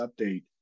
update